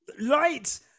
light